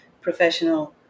professional